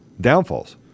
downfalls